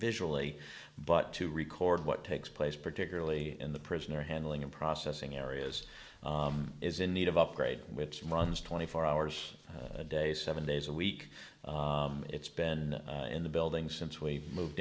visually but to record what takes place particularly in the prisoner handling and processing areas is in need of upgrade which runs twenty four hours a day seven days a week it's been in the building since we moved